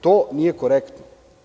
To nije korektno.